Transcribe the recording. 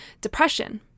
depression